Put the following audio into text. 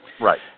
Right